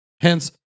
Hence